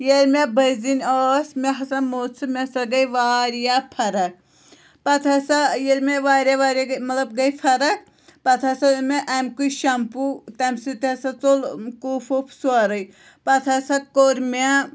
ییٚلہِ مےٚ بٔزٕنۍ ٲسۍ مےٚ ہسا موٚتھ سُہ مےٚ ہَسا گٔے واریاہ فرق پَتہٕ ہسا ییٚلہِ مےٚ واریاہ واریاہ گٔے مطلب گٔے فرق پَتہٕ ہَسا اوٚن مےٚ اَمہِ کُے شَمپوٗ تَمہِ سۭتۍ ہَسا ژوٚل کُف وُف سورُے پَتہٕ ہسا کوٚر مےٚ